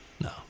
no